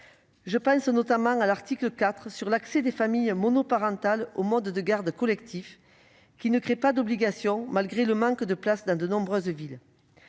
Je pense notamment à l'article 4 sur l'accès des familles monoparentales aux modes de garde collectifs, qui ne crée pas d'obligation, malgré le manque de places dans de nombreuses villes.